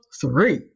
three